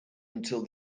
until